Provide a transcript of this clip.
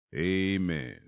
Amen